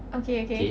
okay okay